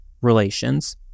relations